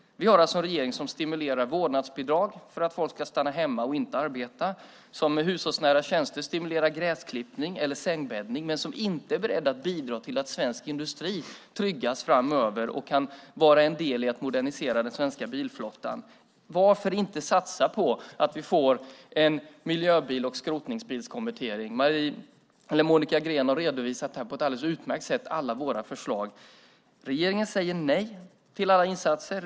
Vi har alltså en regering som stimulerar vårdnadsbidrag för att folk ska stanna hemma och inte arbeta, som med hushållsnära tjänster stimulerar gräsklippning eller sängbäddning men som inte är beredd att bidra till att svensk industri tryggas framöver och kan vara en del i att modernisera den svenska bilparken. Varför inte satsa på att vi får en miljöbils och skrotningspremie? Monica Green har på ett alldeles utmärkt sätt redovisat alla våra förslag. Regeringen säger nej till alla insatser.